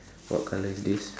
what colour is this